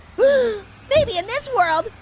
maybe in this world,